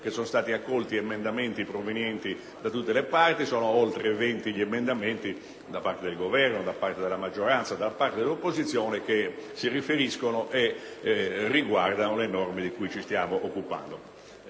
sono stati accolti emendamenti provenienti da tutte le parti. Sono oltre 20 gli emendamenti del Governo, della maggioranza e dell'opposizione che riguardano le norme di cui ci stiamo occupando.